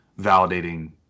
validating